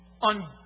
on